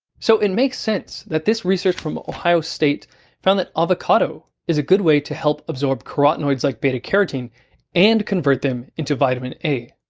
so it makes sense that this research from ohio state found that avocado is a good way to help absorb carotenoids like beta-carotene and convert them to vitamin a.